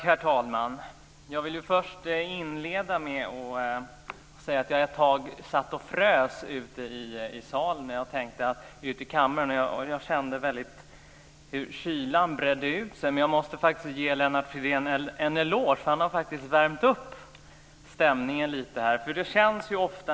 Herr talman! Jag vill inleda med att säga att jag ett tag satt och frös i kammaren. Jag kände hur kylan bredde ut sig. Jag måste ge Lennart Fridén en eloge. Han har faktiskt värmt upp stämningen lite här.